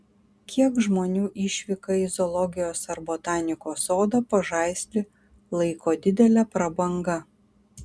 kiek žmonių išvyką į zoologijos ar botanikos sodą pažaislį laiko didele prabanga